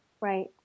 Right